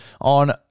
on